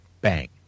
bang